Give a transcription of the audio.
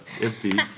empty